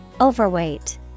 Overweight